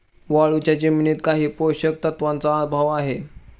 वाळूच्या जमिनीत काही पोषक तत्वांचा अभाव आहे